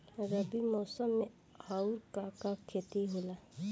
रबी मौसम में आऊर का का के खेती होला?